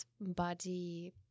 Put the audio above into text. body